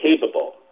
capable